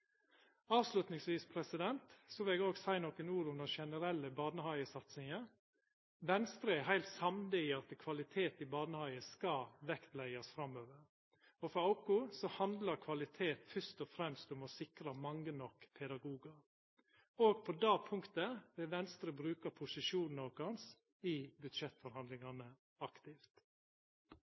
vil eg òg seia nokre ord om den generelle barnehagesatsinga. Venstre er heilt samd i at kvalitet i barnehagen skal vektleggjast framover. For oss handlar kvalitet fyrst og fremst om å sikra mange nok pedagogar. Òg på det punktet vil Venstre bruka posisjonen sin i budsjettforhandlingane